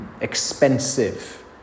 expensive